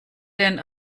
den